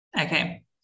Okay